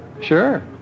Sure